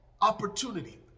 opportunity